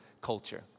culture